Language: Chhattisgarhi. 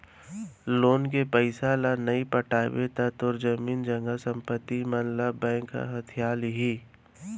लोन के पइसा ल नइ पटाबे त तोर जमीन जघा संपत्ति मन ल बेंक ह हथिया लिही